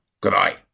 Goodbye